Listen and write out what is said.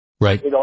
Right